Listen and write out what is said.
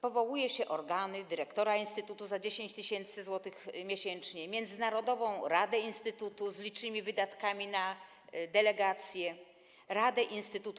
Powołuje się organy, dyrektora instytutu za 10 tys. zł miesięcznie, międzynarodową radę instytutu z licznymi wydatkami na delegacje, krajową radę instytutu.